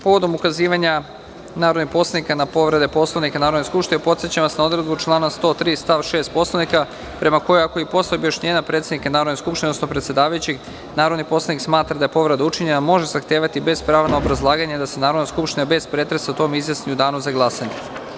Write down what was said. Povodom ukazivanja narodnih poslanika na povrede Poslovnika Narodne skupštine, podsećam vas na odredbu člana 103. stav 6. Poslovnika, prema kojoj ako i posle objašnjenja predsednika Narodne skupštine, odnosno predsedavajućeg, narodni poslanik smatra da je povreda učinjena, može zahtevati, bez prava na obrazlaganje, da se Narodna skupština, bez pretresa, o tome izjasni u Danu za glasanje.